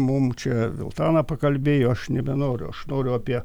mum čia viltana pakalbėjo aš nebenoriu aš noriu apie